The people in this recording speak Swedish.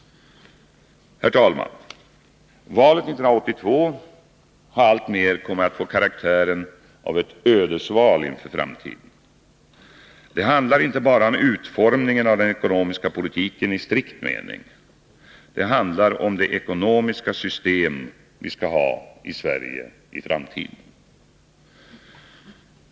Herr talman! Valet 1982 har alltmer kommit att få karaktären av ett ödesval inför framtiden. Det handlar inte bara om utformningen av den ekonomiska politiken i strikt mening. Det handlar om det ekonomiska system vi skall ha i Sverige i framtiden.